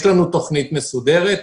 יש לנו תוכנית מסודרת.